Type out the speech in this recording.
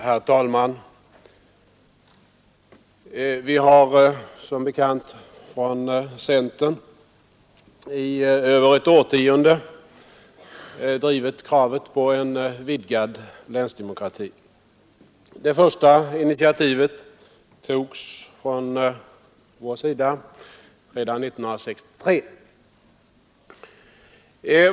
Herr talman! Vi har som bekant från centern i över ett årtionde drivit kravet på en vidgad länsdemokrati. Det första initiativet togs från vår sida redan 1963.